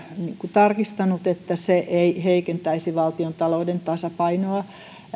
tarkistanut että se ei heikentäisi valtiontalouden tasapainoa